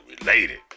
related